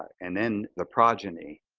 and then the progeny